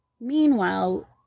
meanwhile